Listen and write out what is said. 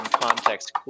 Context